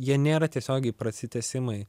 jie nėra tiesiogiai prasitęsimai